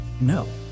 No